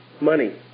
money